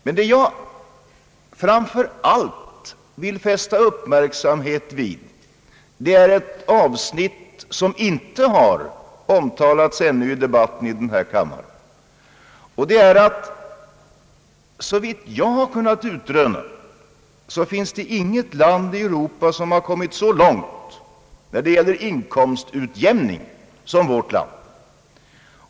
Men det jag framför allt vill fästa uppmärksamhet vid är ett avsnitt, som ännu inte har omtalats i debatten i kammaren, Såvitt jag har kunnat utröna så finns det nämligen inget land i Europa som har kommit så långt som vårt land när det gäller inkomstutjämning.